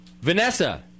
Vanessa